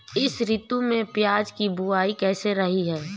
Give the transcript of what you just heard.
इस ऋतु में प्याज की बुआई कैसी रही है?